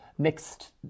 mixed